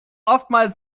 oftmals